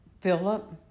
Philip